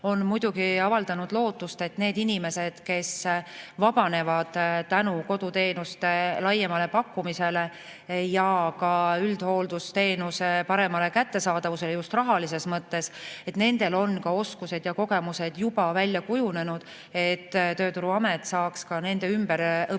on avaldanud lootust, et nendel inimestel, kes vabanevad tänu koduteenuste laiemale pakkumisele ja ka üldhooldusteenuse paremale kättesaadavusele just rahalises mõttes, on ka oskused ja kogemused juba välja kujunenud, et Tööturuamet saaks nende ümberõppe